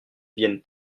vienne